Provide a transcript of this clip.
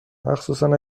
مخصوصن